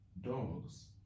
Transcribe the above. dogs